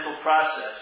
process